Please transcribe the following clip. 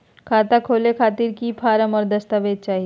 खाता खोले खातिर की की फॉर्म और दस्तावेज चाही?